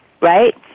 right